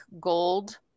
gold